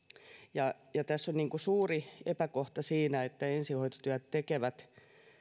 tässä on suuri epäkohta siinä että ensihoitotyötä tekevät